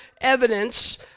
evidence